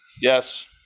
Yes